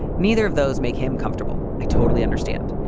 neither of those make him comfortable. i totally understand.